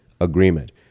agreement